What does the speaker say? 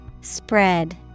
Spread